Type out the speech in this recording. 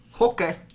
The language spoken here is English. Okay